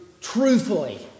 truthfully